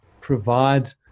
provide